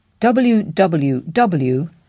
www